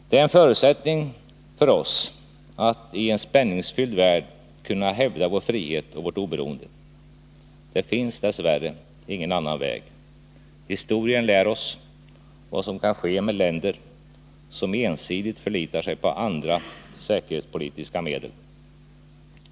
Det är en förutsättning för oss i en spänningsfylld värld att vi kan hävda vår frihet och vårt oberoende. Det finns dess värre ingen annan väg. Historien lär oss vad som kan ske med länder som ensidigt förlitar sig på andra säkerhetspolitiska medel.